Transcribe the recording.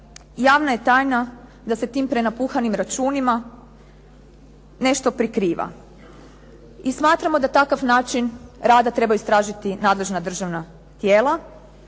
javna je tajna da se tim prenapuhanim računima nešto prikriva i smatramo da takav način rada treba istražiti nadležna državna tijela.